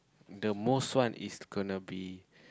the most one is gonna be